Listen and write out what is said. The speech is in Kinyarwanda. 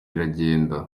iragenda